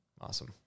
Awesome